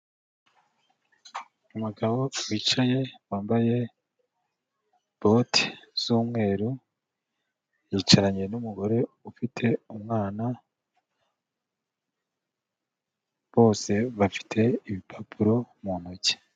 Umugabo wicaye wambaye bote z'umweru, yicaranye n'umugore ufite umwana, bose bafite ibipapuro mu ntoki.